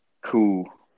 Cool